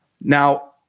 Now